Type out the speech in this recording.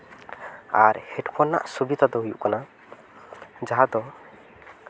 ᱟᱨ headphone ᱨᱮᱱᱟᱜ ᱥᱩᱵᱤᱫᱷᱟ ᱫᱚ ᱦᱩᱭᱩᱜ ᱠᱟᱱᱟ ᱡᱟᱦᱟᱸ ᱫᱚ